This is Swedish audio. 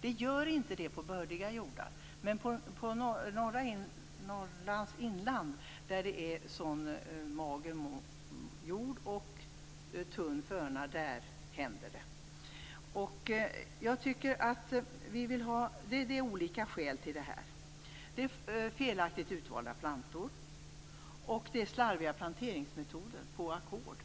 Det gör inte det på bördiga jordar, men i Norrlands inland där jorden är så mager och förnan så tunn händer det. Det finns olika skäl till detta. Det är felaktigt utvalda plantor och slarviga planteringsmetoder på ackord.